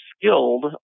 skilled